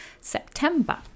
September